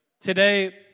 Today